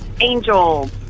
Angel